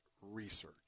research